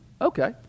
Okay